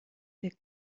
wir